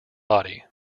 body